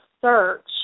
search